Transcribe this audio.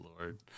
Lord